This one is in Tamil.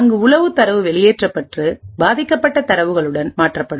அங்கு உளவு தரவு வெளியேற்றப்பட்டு பாதிக்கப்பட்ட தரவுகளுடன் மாற்றப்படும்